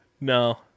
No